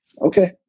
Okay